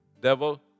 Devil